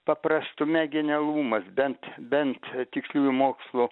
paprastume genialumas bent bent tiksliųjų mokslų